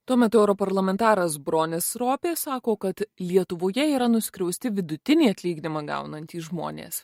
tuo metu europarlamentaras bronis ropė sako kad lietuvoje yra nuskriausti vidutinį atlyginimą gaunantys žmonės